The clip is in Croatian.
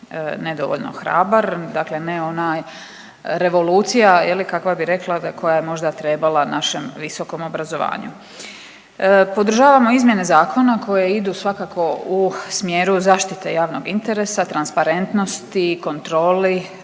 ne dovoljno hrabar, dakle ne ona revolucija je li kakva bi rekla koja je možda trebala našem visokom obrazovanju. Podržavamo izmjene zakona koje idu svakako u smjeru zaštite javnog interesa, transparentnosti, kontroli